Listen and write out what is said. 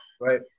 Right